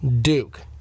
Duke